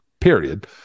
period